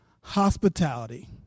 hospitality